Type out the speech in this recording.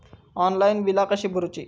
Online बिला कशी भरूची?